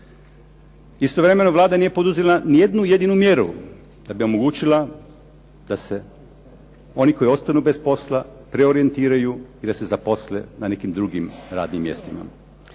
Istovremeno Vlada nije poduzela ni jednu jedinu mjeru da bi omogućila da se oni koji ostanu bez posla preorijentiraju i da se zaposle na nekim drugim radnim mjestima.